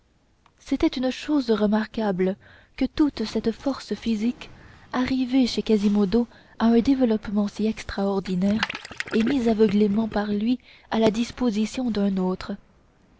c'était une chose remarquable que toute cette force physique arrivée chez quasimodo à un développement si extraordinaire et mise aveuglément par lui à la disposition d'un autre